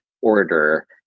order